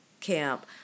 camp